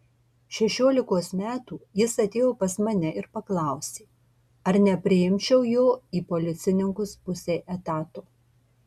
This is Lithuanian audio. šešiolikos metų jis atėjo pas mane ir paklausė ar nepriimčiau jo į policininkus pusei etato